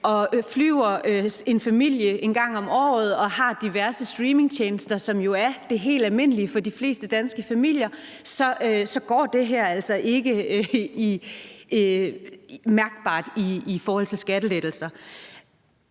Og flyver en familie en gang om året og har diverse streamingtjenester, hvad der jo er det helt almindelige for de fleste danske familier, så går det her altså ikke mærkbart i retning af skattelettelser.